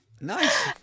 Nice